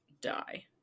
die